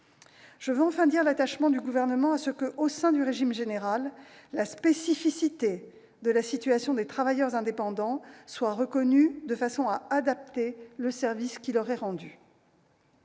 Je veux enfin dire l'attachement du Gouvernement à la reconnaissance, au sein du régime général, de la spécificité de la situation des travailleurs indépendants, de façon à adapter le service qui leur est rendu.